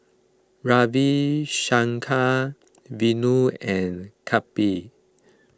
Ravi Shankar Vanu and Kapil